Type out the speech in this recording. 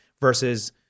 versus